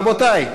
רבותי,